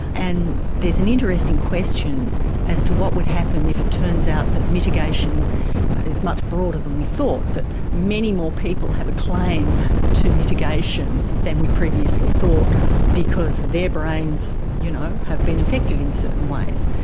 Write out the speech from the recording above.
and there's an interesting question as to what would happen if it turns out that mitigation is much broader than we thought, that many more people have a claim to mitigation than we previously thought because their brains you know have been affected in certain ways.